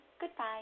goodbye